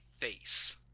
face